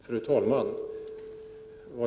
Fru talman!